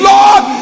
Lord